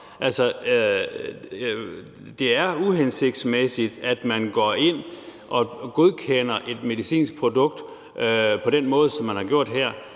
det er uhensigtsmæssigt, at man går ind og godkender et medicinsk produkt på den måde, som man har gjort her.